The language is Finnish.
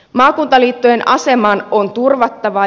maakuntaliittojen asema on turvattava